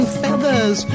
feathers